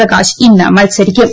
പ്രകാശ് ഇന്ന് മത്സരിക്കും